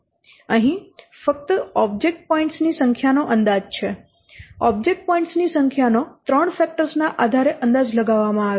અહીં ફક્ત object points ની સંખ્યાનો અંદાજ છે ઓબ્જેક્ટ પોઇન્ટ્સ ની સંખ્યા નો ત્રણ ફેક્ટર્સ ને આધારે અંદાજ લગાવામાં આવે છે